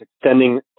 extending